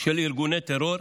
של ארגוני טרור.